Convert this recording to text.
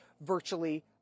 virtually